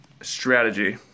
strategy